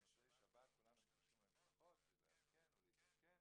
במוצאי שבת כולנו התקשרנו למשפחות לעדכן ולהתעדכן